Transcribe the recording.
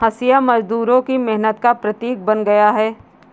हँसिया मजदूरों की मेहनत का प्रतीक बन गया है